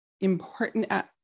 important